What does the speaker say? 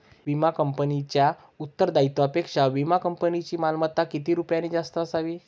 विमा कंपनीच्या उत्तरदायित्वापेक्षा विमा कंपनीची मालमत्ता किती रुपयांनी जास्त असावी?